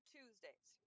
Tuesdays